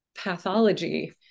Pathology